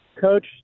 Coach